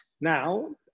now